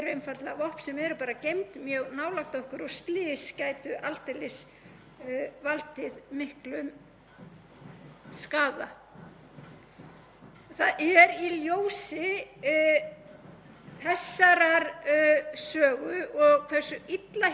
skaða. Í ljósi þessarar sögu og hversu illa hefur tekist og hægt hefur miðað að vinna að eyðingu kjarnorkuvopna